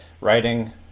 writing